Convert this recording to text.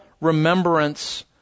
remembrance